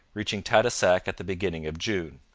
reaching tadoussac at the beginning of june.